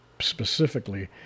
specifically